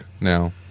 now